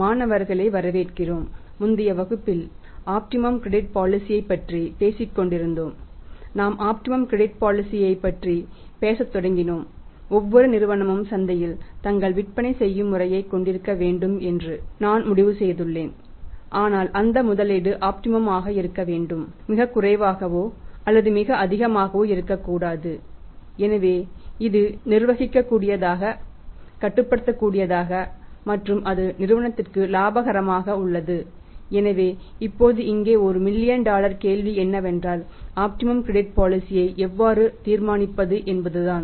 மாணவர்களை வரவேற்கிறோம் முந்தைய வகுப்பில் ஆப்டிமம் கிரெடிட் பாலிசி யை எவ்வாறு தீர்மானிப்பது என்பதுதான்